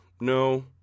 No